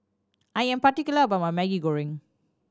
I am particular about my Maggi Goreng